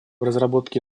разработке